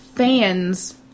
fans